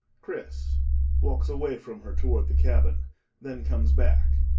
chris walks away from her toward the cabin then comes back.